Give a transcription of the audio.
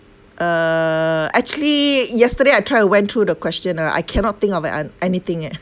uh actually yesterday I try to went through the question ah I cannot think of an an~ anything eh